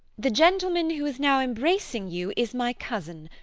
the gentleman who is now embracing you is my cousin,